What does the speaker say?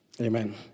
Amen